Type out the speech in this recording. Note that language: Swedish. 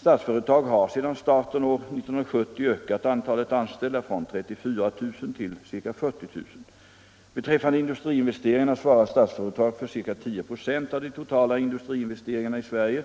Statsföretag har sedan starten år 1970 ökat antalet anställda från 34 000 till ca 40 000. Beträffande industriinvesteringarna svarar Statsföretag för ca 10 96 av de totala industriinvesteringarna i Sverige